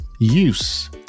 use